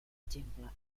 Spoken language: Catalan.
exemple